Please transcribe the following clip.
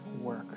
work